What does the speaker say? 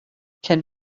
can